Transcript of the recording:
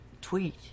tweet